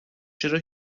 چرا